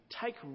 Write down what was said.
take